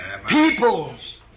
Peoples